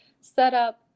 setup